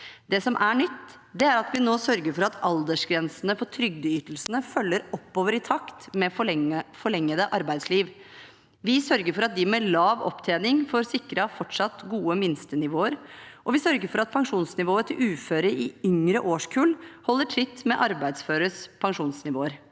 Det som er nytt, er at vi nå sørger for at aldersgrensene på trygdeytelsene følger med oppover i takt med forlenget ar beidsliv. Vi sørger for at de med lav opptjening får sikret fortsatt gode minstenivåer, og vi sørger for at pensjonsnivået til uføre i yngre årskull holder tritt med arbeidsføres pensjonsnivåer.